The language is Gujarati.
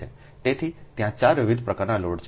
તેથી ત્યાં 4 વિવિધ પ્રકારનાં લોડ છે